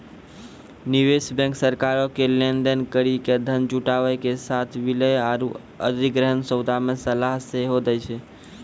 निवेश बैंक सरकारो के लेन देन करि के धन जुटाबै के साथे विलय आरु अधिग्रहण सौदा मे सलाह सेहो दै छै